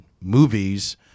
movies